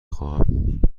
خواهم